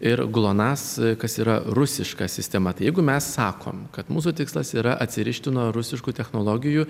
ir glonas kas yra rusiška sistema tai jeigu mes sakom kad mūsų tikslas yra atsirišti nuo rusiškų technologijų